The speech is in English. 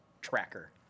tracker